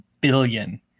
billion